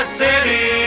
city